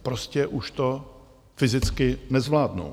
Prostě už to fyzicky nezvládnou.